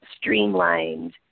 streamlined